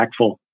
impactful